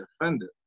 offended